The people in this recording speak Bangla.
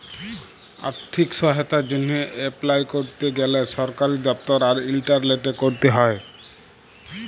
আথ্থিক সহায়তার জ্যনহে এপলাই ক্যরতে গ্যালে সরকারি দপ্তর আর ইলটারলেটে ক্যরতে হ্যয়